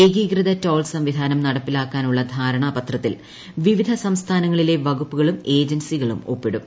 ഏകീകൃത ടോൾ സംവിധാനം നടപ്പിലാക്കാനുള്ള ധാരണാപത്രത്തിൽ വിവിധ സംസ്ഥാനങ്ങളിലെ വകുപ്പുകളും ഏജൻസികളും ഒപ്പിടും